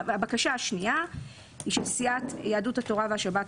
הבקשה השנייה היא של סיעת יהדות התורה והשבת,